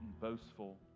boastful